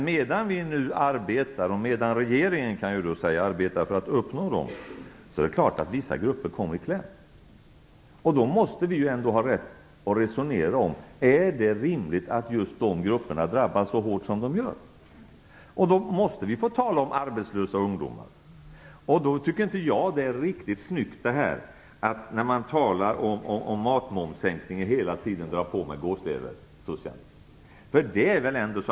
Medan regeringen arbetar för att uppnå dem kommer vissa grupper i kläm - det är klart. Då måste vi ha rätt att resonera om huruvida det är rätt att de grupperna drabbas så hårt som de gör. Då måste vi få tala om exempelvis arbetslösa ungdomar. Jag tycker inte att det är riktigt snyggt att hela tiden dra på med "gåsleversocialism" när man talar om en matmomssänkning.